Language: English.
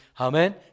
Amen